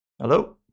hello